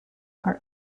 are